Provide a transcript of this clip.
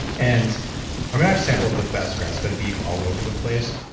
and i've sampled the best grass-fed beef all over the place.